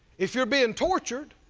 if you are being tortured,